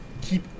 keep